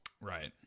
right